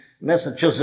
Massachusetts